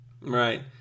Right